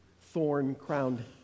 thorn-crowned